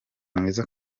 mwiza